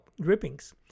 drippings